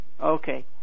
Okay